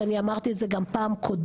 ואני אמרתי את זה גם פעם קודמת,